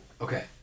okay